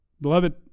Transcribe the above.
beloved